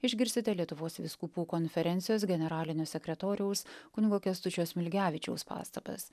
išgirsite lietuvos vyskupų konferencijos generalinio sekretoriaus kunigo kęstučio smilgevičiaus pastabas